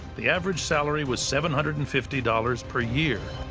the average salary was seven hundred and fifty dollars per year.